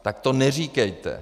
Tak to neříkejte.